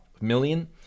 million